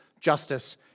justice